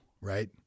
right